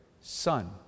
Son